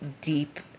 deep